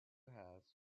has